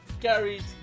Gary's